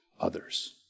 others